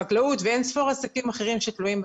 חקלאות ואין ספור עסקים אחרים שתלויים בים.